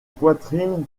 poitrine